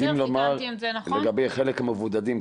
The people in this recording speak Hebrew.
יודעים לומר לגבי חלק מהמבודדים,